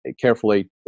carefully